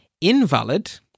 invalid